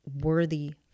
worthy